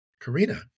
Karina